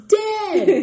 dead